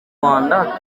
rwanda